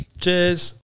Cheers